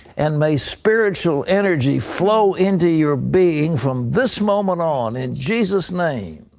and may spiritual energy flow into your being from this moment on, in jesus' name.